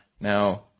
Now